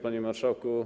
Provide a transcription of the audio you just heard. Panie Marszałku!